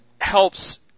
helps